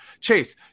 Chase